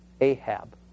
Ahab